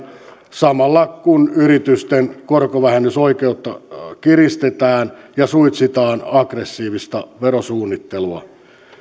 samalla kun yritysten korkovähennysoikeutta kiristetään ja suitsitaan agg ressiivista verosuunnittelua